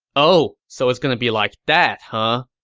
oh, so it's gonna be like that, huh?